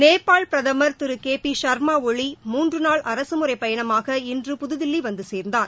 நேபாள் பிரதமர் திரு K P Sharma Oli மூன்று நாள் அரசுமுறை பயணமாக இன்று புதுதில்லி வந்து சேர்ந்தார்